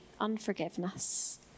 Unforgiveness